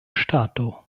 ŝtato